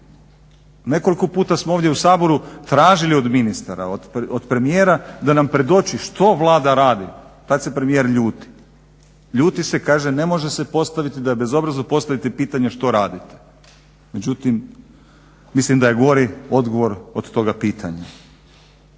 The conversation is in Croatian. Nekoliko puta smo ovdje u Saboru tražili od ministara, od premijera da nam predoči što Vlada radi. Tad se premijer ljuti. Ljuti se, kaže ne može se postaviti, da je bezobrazno postaviti pitanje što radite. Međutim, mislim da je gori odgovor od toga pitanja.